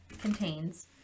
contains